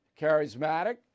charismatic